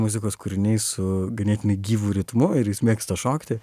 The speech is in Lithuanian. muzikos kūriniai su ganėtinai gyvu ritmu ir jis mėgsta šokti